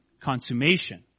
consummation